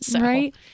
Right